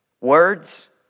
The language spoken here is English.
Words